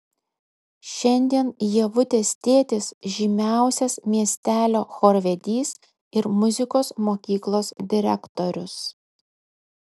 šiandien ievutės tėtis žymiausias miestelio chorvedys ir muzikos mokyklos direktorius